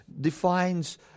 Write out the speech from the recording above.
defines